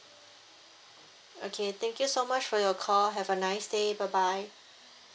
okay thank you so much for your call have a nice day bye bye